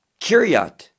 Kiryat